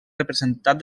representat